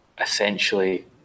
essentially